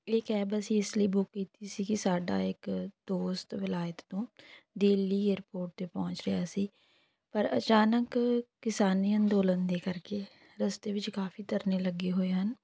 ਇਹ ਕੈਬ ਅਸੀਂ ਇਸ ਲਈ ਬੁੱਕ ਕੀਤੀ ਸੀਗੀ ਸਾਡਾ ਇੱਕ ਦੋਸਤ ਵਿਲਾਇਤ ਤੋਂ ਦਿੱਲੀ ਏਅਰਪੋਰਟ 'ਤੇ ਪਹੁੰਚ ਰਿਹਾ ਸੀ ਪਰ ਅਚਾਨਕ ਕਿਸਾਨੀ ਅੰਦੋਲਨ ਦੇ ਕਰਕੇ ਰਸਤੇ ਵਿੱਚ ਕਾਫੀ ਧਰਨੇ ਲੱਗੇ ਹੋਏ ਹਨ